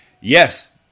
yes